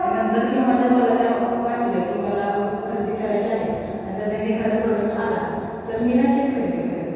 आणि नंतर केव्हा जर मला त्या वाटलं की मला वस्तू खरेदी करायच्या आहेत आणि जर नवीन एखादा प्रोडक्ट आला तर मी नक्कीच खरेदी करेन